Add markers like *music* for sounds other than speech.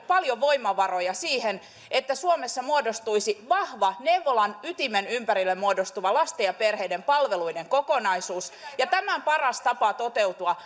*unintelligible* paljon voimavaroja siihen että suomessa muodostuisi vahva neuvolan ytimen ympärille muodostuva lasten ja perheiden palveluiden kokonaisuus tämän paras tapa toteutua *unintelligible*